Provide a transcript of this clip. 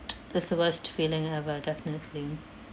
that's the worst feeling ever definitely